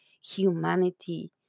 humanity